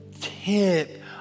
tip